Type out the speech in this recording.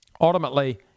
Ultimately